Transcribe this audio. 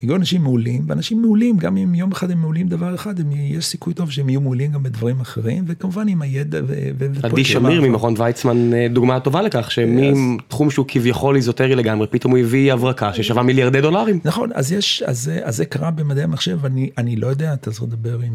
הגיעו אנשים מעולים ואנשים מעולים גם אם יום אחד הם מעולים דבר אחד אם יש סיכוי טוב שהם יהיו מעולים גם בדברים אחרים וכמובן עם הידע. עדי שמיר ממכון ויצמן דוגמה טובה לכך שמתחום שהוא כביכול איזוטרי לגמרי פתאום הוא הביא הברקה ששווה מיליארדי דולרים נכון אז יש אז זה אז זה קרה במדעי המחשב אני אני לא יודע איך לדבר עם.